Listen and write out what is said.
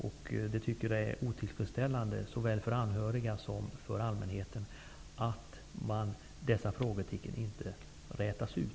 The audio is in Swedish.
Det tycker jag är otillfredsställande såväl för anhöriga som för allmänheten. Dessa frågetecken bör rätas ut.